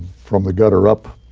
from the gutter up.